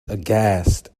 aghast